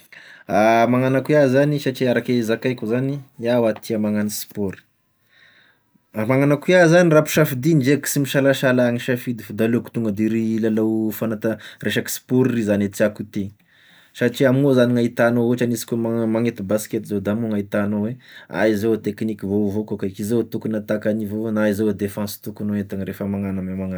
Magnano akoa iaho zany satria araky zakaiko zany, iaho hoa tia magnano sport, a magnano akoa iaho zany ampiasafidiagny ndreky sy misalasala ah misafidy aleoko f'da aleoko tonga de iry lalao fanata- resaky spoty ry zagne e tiàko hintena, satria amignio ao zany gn'ahitanao ohatra izy koa ma- magnenty baskety zao da amignio gn'ahitanao hoe hay zao e tekniky vaovao koa kaiky izao tokony attaque an'ivo aroa na izao defense tokony hoentina rehefa magnano ame magnaraky.